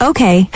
Okay